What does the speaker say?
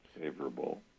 favorable